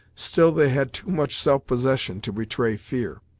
still they had too much self-possession to betray fear.